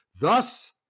thus